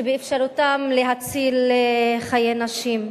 שבאפשרותם להציל חיי נשים.